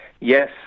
Yes